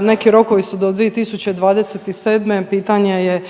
neki rokovi su do 2027., pitanje je